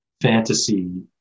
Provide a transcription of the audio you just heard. fantasy